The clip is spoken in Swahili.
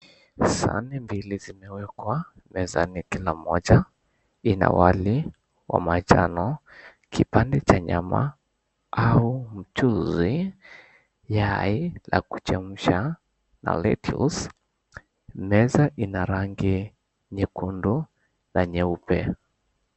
Sahani mbili zimewekwa kwenye mezani, kuna moja ina wali wa manjano, kipande cha nyama au mchuzi, yai la kuchemsha. Meza ina rangi nyekundu na nyeupe.